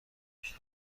تشک